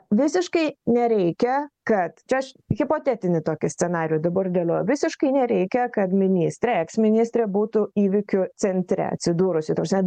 visiškai nereikia kad čia aš hipotetinį tokį scenarijų dabar dėlioju visiškai nereikia kad ministrė eksministrė būtų įvykių centre atsidūrusi ta prasme